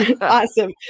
Awesome